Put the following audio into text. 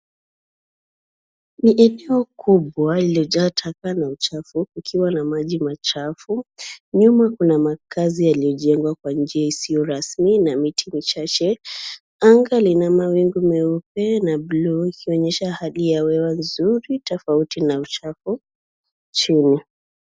Ni eneo kubwa iliyojaa taka na uchafu ukiwa na maji machafu. Nyuma kuna makazi yaliyojengwa kwa njia isiyo rasmi na miti michache. Anga lina mawingu meupe na bluu ikionyesha hali ya hewa nzuri tofauti na uchafu chini.